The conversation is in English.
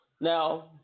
Now